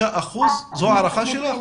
זו ההערכה שלך?